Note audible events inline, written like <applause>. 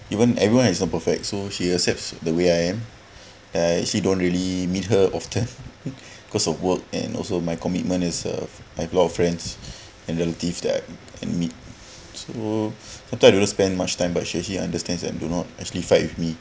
even everyone isn't perfect so she accepts the way I am and I actually don't really meet her often <laughs> cause of work and also my commitment as a I have a lot friends and relatives that I meet so sometimes I didn't spend much time but she actually understands and do not actually fight with me